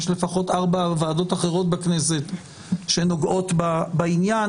יש לפחות ארבע ועדות אחרות בכנסת שנוגעות בעניין.